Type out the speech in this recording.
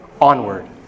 onward